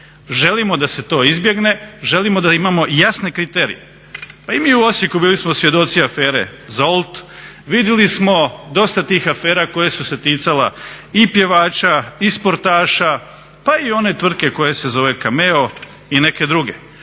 Želimo da se to izbjegne, želimo da imamo jasne kriterije. Pa i mi u Osijeku bili smo svjedoci afere …, vidjeli smo dosta tih afera koje su se ticale i pjevača i sportaša pa i one tvrtke koje se zovu Cameo i neke druge.